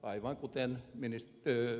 aivan kuten ed